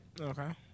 okay